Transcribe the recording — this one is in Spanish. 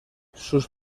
sus